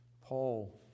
Paul